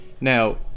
Now